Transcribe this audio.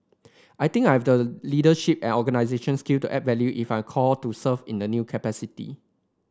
I think I've the leadership and organisation skill to add value if I called to serve in new capacity